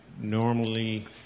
normally